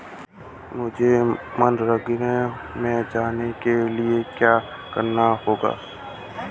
मुझे मनरेगा में जाने के लिए क्या करना होगा?